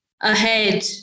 Ahead